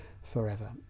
forever